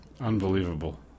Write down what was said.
Unbelievable